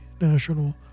National